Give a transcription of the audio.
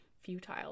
futile